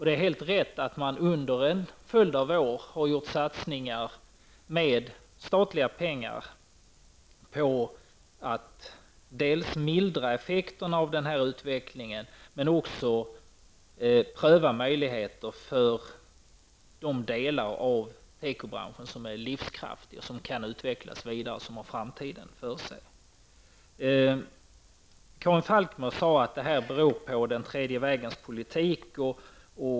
Det är helt rätt att man under en följd av år har gjort satsningar med statliga pengar på att mildra effekterna av denna utveckling men även pröva möjligheterna för de delar av tekobranschen som är livskraftiga, som kan utvecklas vidare och som har framtiden för sig. Karin Falkmer sade att detta beror på den tredje vägens politik.